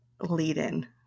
lead-in